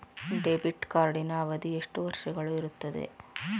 Debit ಕಾರ್ಡಿನ ಅವಧಿ ಎಷ್ಟು ವರ್ಷಗಳು ಇರುತ್ತದೆ?